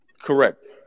Correct